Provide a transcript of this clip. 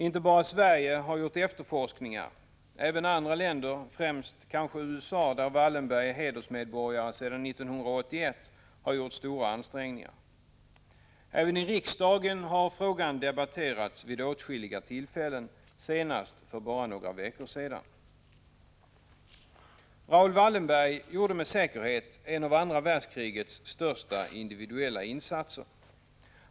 Inte bara Sverige har gjort efterforskningar. Även andra länder — kanske främst USA, där Wallenberg är hedersmedborgare sedan 1981 — har gjort stora ansträngningar. Även i riksdagen har frågan debatterats vid åtskilliga tillfällen, senast för bara några veckor sedan. Raoul Wallenberg gjorde med säkerhet en av andra världskrigets största individuella insatser.